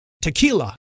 tequila